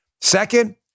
Second